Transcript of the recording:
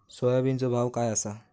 सोयाबीनचो भाव काय आसा?